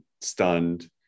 stunned